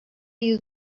you